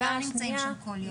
הם גם נמצאים שם כל יום.